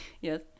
yes